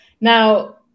now